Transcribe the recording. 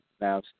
Now